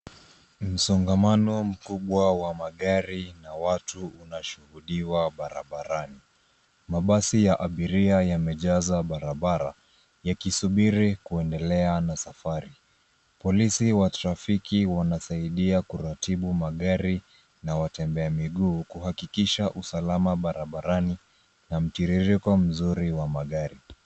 Msongamano mkubwa wa magari na watu unashuhudiwa barabarani. Mabasi ya abiria yamejaza barabara yakisubiri kuendelea na safari. Polisi wa trafiki wanasaidia kuratibu magari na watembea miguu kuhakikisha usalama barabarani na mtiririko mzuri wa magari.